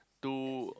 two